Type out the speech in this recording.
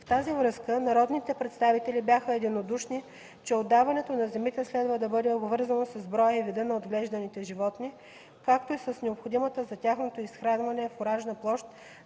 В тази връзка народните представители бяха единодушни, че отдаването на земите следва да бъде обвързано с броя и вида на отглежданите животни, както и с необходимата за тяхното изхранване фуражна площ,